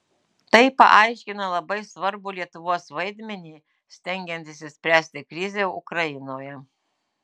tai paaiškina labai svarbų lietuvos vaidmenį stengiantis išspręsti krizę ukrainoje